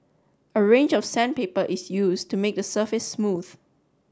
a range of sandpaper is used to make the surface smooth